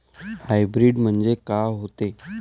Hybrid म्हनजे का होते?